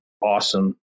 awesome